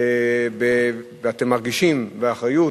ואתם מרגישים באחריות,